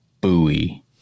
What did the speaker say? buoy